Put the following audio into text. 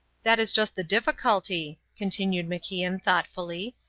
that is just the difficulty, continued macian thoughtfully.